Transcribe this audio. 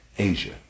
Asia